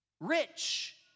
rich